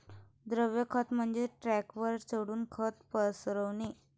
द्रव खत म्हणजे ट्रकवर चढून खत पसरविणे